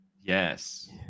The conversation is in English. Yes